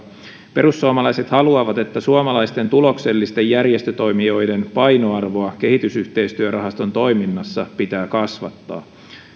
perussuomalaiset haluavat että suomalaisten tuloksellisten järjestötoimijoiden painoarvoa kehitysyhteistyörahaston toiminnassa pitää kasvattaa